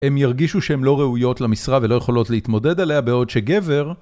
הם ירגישו שהן לא ראויות למשרה ולא יכולות להתמודד עליה בעוד שגבר.